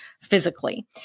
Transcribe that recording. physically